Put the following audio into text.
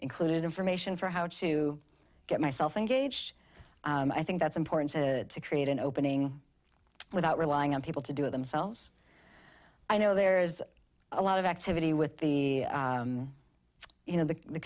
include information for how to get myself a gauge i think that's important to create an opening without relying on people to do it themselves i know there's a lot of activity with the you know the